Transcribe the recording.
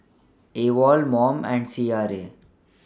AWOL Mom and C R A